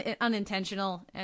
unintentional